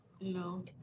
No